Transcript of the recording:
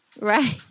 Right